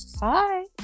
Bye